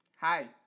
Hi